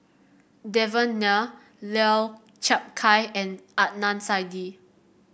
Devan Nair Lau Chiap Khai and Adnan Saidi